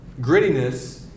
grittiness